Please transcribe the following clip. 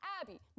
Abby